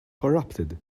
corrupted